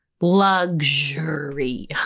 Luxury